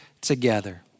together